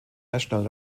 national